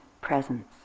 presence